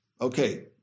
Okay